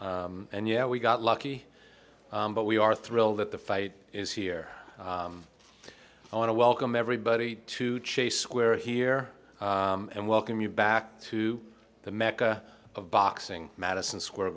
todd and yeah we got lucky but we are thrilled that the fight is here i want to welcome everybody to chase square here and welcome you back to the mecca of boxing madison square